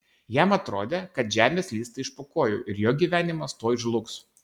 jam atrodė kad žemė slysta iš po kojų ir jo gyvenimas tuoj žlugs